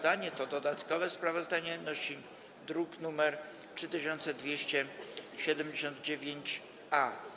Dodatkowe sprawozdanie to druk nr 3279-A.